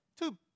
Two